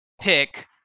pick